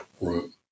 room